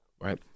right